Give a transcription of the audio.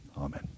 Amen